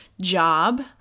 job